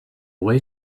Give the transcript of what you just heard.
way